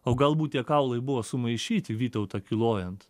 o galbūt tie kaulai buvo sumaišyti vytautą kilojant